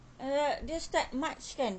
!alah! dia start march kan